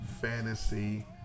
Fantasy